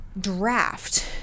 draft